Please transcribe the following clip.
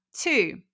Two